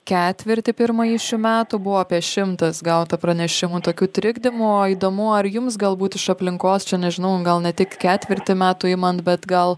ketvirtį pirmąjį šių metų buvo apie šimtas gauta pranešimų tokių trikdymo įdomu ar jums galbūt iš aplinkos čia nežinau gal ne tik ketvirtį metų imant bet gal